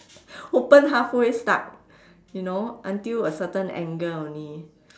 open halfway stuck you know until a certain angle only